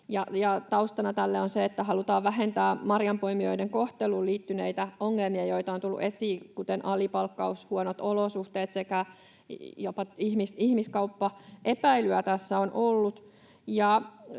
Taustana tälle on se, että halutaan vähentää marjanpoimijoiden kohteluun liittyneitä ongelmia, joita on tullut esiin, kuten alipalkkaus, huonot olosuhteet, sekä jopa ihmiskauppaepäilyä tässä on ollut.